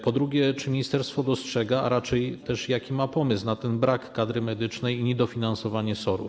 Po drugie, czy ministerstwo dostrzega, a raczej jaki ma pomysł na ten brak kadry medycznej i niedofinansowanie SOR-ów?